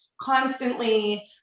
constantly